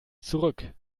zurück